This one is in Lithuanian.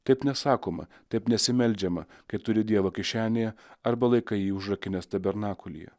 taip nesakoma taip nesimeldžiama kai turi dievą kišenėje arba laikai jį užrakinęs tabernakulyje